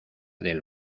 del